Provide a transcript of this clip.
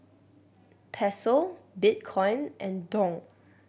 Peso Bitcoin and Dong